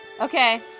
Okay